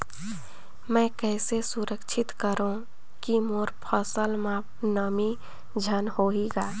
मैं कइसे सुरक्षित करो की मोर फसल म नमी झन होही ग?